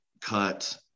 cut